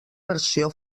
versió